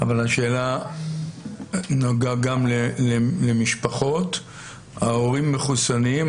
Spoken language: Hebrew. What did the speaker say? אבל השאלה אם זה נוגע גם למשפחות שההורים מחוסנים,